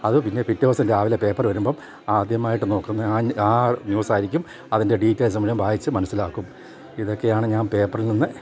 അത് പിന്നെ പിറ്റേ ദിവസം രാവിലെ പേപ്പർ വരുമ്പം ആദ്യമായിട്ട് നോക്കുന്ന ആ ആ ന്യൂസായിയിരിക്കും അതിൻ്റെ ഡീറ്റെയിൽസും വായിച്ചു മനസ്സിലാക്കും ഇതൊക്കെയാണ് ഞാൻ പേപ്പറിൽ നിന്ന്